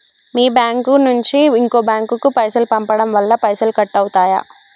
మీ bank నుంచి ఇంకో bank కు పైసలు పంపడం వల్ల పైసలు కట్ అవుతయా?